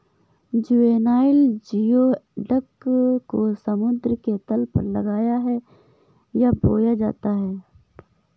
juvenile geoduck को समुद्र के तल पर लगाया है या बोया जाता है